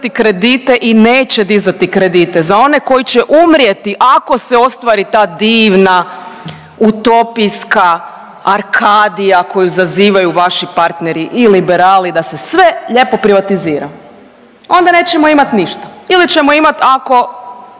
kredite i neće dizati kredite, za one koji će umrijeti ako se ostvari ta divna utopijska arkadija koju zazivaju vaši partneri i liberali da se sve lijepo privatizira. Onda nećemo imati ništa ili ćemo imati ako